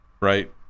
right